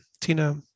Tina